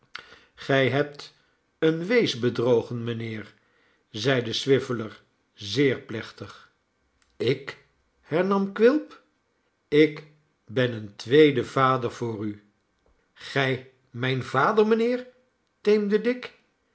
gij hebt een wees bedrogen mijnheer zeide swiveller zeer plechtig ik hernam quilp ik ben een tweede vader voor u gij mijn vader mijnheer teemde dick